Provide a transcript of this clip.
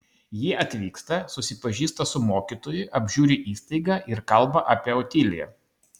ji atvyksta susipažįsta su mokytoju apžiūri įstaigą ir kalba apie otiliją